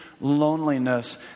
loneliness